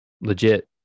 legit